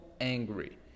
angry